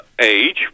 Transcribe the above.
age